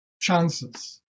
chances